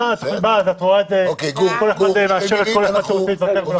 מה את רואה שהוא יאשר כל אחד שרוצה להתפטר ולחזור?